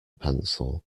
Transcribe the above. pencil